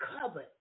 covered